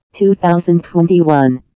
2021